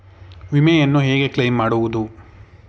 ವಿಮೆಯನ್ನು ಹೇಗೆ ಕ್ಲೈಮ್ ಮಾಡುವುದು?